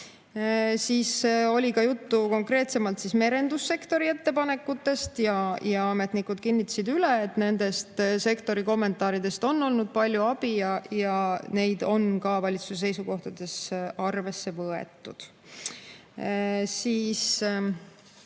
Oli ka juttu konkreetsemalt merendussektori ettepanekutest. Ametnikud kinnitasid üle, et nendest sektori kommentaaridest on olnud palju abi ja neid on ka valitsuse seisukohtades arvesse võetud.